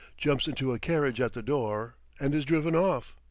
jumps into a carriage at the door, and is driven off.